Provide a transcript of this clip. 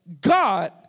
God